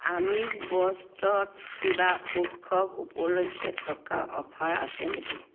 আমিষ বস্তুত কিবা উৎসৱ উপলক্ষে থকা অফাৰ আছে নেকি